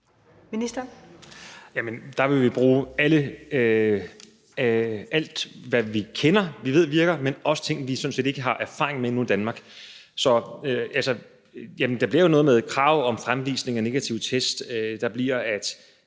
(Magnus Heunicke): Der vil vi bruge alt, hvad vi kender og ved virker, men også ting, vi sådan set ikke har erfaring med endnu i Danmark. Der bliver jo noget med et krav om fremvisning af negativ test. Det bliver